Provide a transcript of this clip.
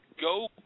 go